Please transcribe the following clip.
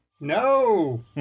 No